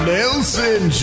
Nelson